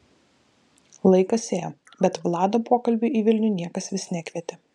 laikas ėjo bet vlado pokalbiui į vilnių niekas vis nekvietė